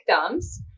victims